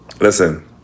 listen